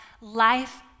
life